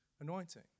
anointing